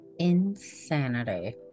insanity